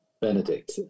Benedict